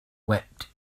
wept